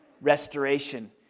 restoration